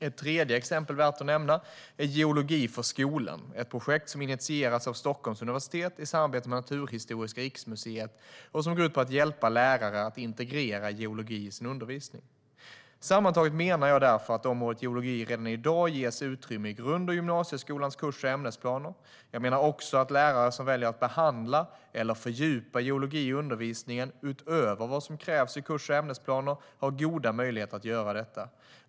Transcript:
Ett tredje exempel värt att nämna är Geologi för skolan, ett projekt som har initierats av Stockholms universitet i samarbete med Naturhistoriska riksmuseet och som går ut på att hjälpa lärare att integrera geologi i sin undervisning. Sammantaget menar jag därför att området geologi redan i dag ges utrymme i grund och gymnasieskolans kurs och ämnesplaner. Jag menar också att lärare som väljer att behandla eller fördjupa geologi i undervisningen utöver vad som krävs i kurs och ämnesplaner har goda möjligheter att göra detta.